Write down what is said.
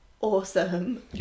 awesome